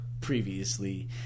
previously